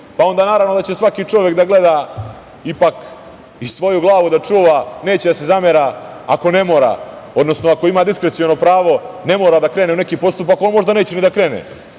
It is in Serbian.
Pa, onda naravno da će svaki čovek da gleda ipak i svoju glavu da čuva, neće da se zamera ako ne mora, odnosno ako ima diskreciono pravo, ne mora da krene u neki postupak, on možda neće ni da krene